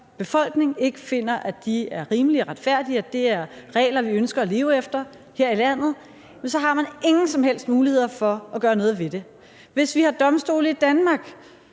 politiske, er rimelige og retfærdige, og at det ikke er regler, vi ønsker at leve efter her i landet, så har man ingen som helst muligheder for at gøre noget ved det, men hvis vi har domstole i Danmark,